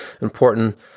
important